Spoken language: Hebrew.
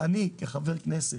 ואני, כחבר כנסת,